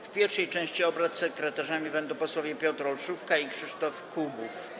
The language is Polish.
W pierwszej części obrad sekretarzami będą posłowie Piotr Olszówka i Krzysztof Kubów.